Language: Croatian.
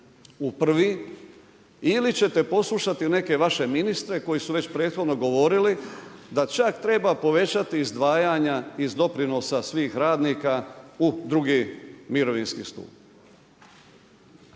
u 1. ili ćete poslušati neke vaše ministre koji su već prethodno govorili, da čak treba povećati izdvajanja iz doprinosa svih radnika u 2. mirovinski stup.